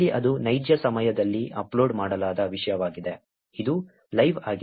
ಇಲ್ಲಿ ಅದು ನೈಜ ಸಮಯದಲ್ಲಿ ಅಪ್ಲೋಡ್ ಮಾಡಲಾದ ವಿಷಯವಾಗಿದೆ ಇದು ಲೈವ್ ಆಗಿದೆ